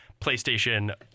PlayStation